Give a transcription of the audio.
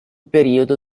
periodo